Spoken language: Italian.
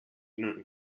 non